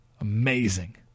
Amazing